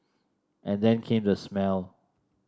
and then came the smell